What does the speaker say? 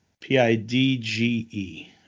P-I-D-G-E